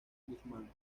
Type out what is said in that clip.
guzmán